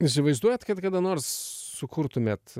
įsivaizduojat kad kada nors sukurtumėt